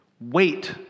Wait